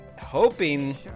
hoping